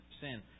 sin